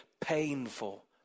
painful